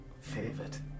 Favorite